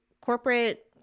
corporate